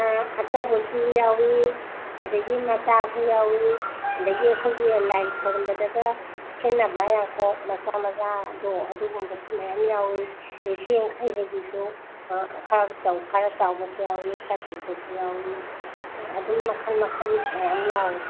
ꯑꯆꯧꯕꯁꯨ ꯌꯥꯎꯏ ꯑꯗꯒꯤ ꯃꯆꯥꯁꯨ ꯌꯥꯎꯏ ꯑꯗꯒꯤ ꯑꯩꯈꯣꯏꯒꯤ ꯂꯥꯏ ꯈꯣꯏꯔꯝꯕꯗꯒ ꯁꯤꯖꯟꯅꯕ ꯌꯥꯡꯀꯣꯛ ꯃꯆꯥ ꯃꯆꯥꯗꯣ ꯑꯗꯨꯒꯨꯝꯕꯁꯨ ꯃꯌꯥꯝ ꯌꯥꯎꯏ ꯑꯗꯒꯤ ꯆꯦꯡ ꯈꯩꯕꯒꯤꯁꯨ ꯈꯔ ꯆꯥꯎꯕꯁꯨ ꯌꯥꯎꯏ ꯈꯔ ꯄꯤꯛꯄꯁꯨ ꯌꯥꯎꯏ ꯑꯗꯨꯝ ꯃꯈꯜ ꯃꯈꯜ ꯃꯌꯥꯝ ꯌꯥꯎꯏ